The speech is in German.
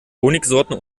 honigsorten